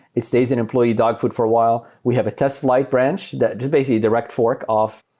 it stays in employee dog food for a while. we have a test flight branch that's just basically direct fork of,